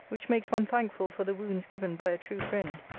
which makes one thankful for the wounds given by a true friend.